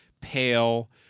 pale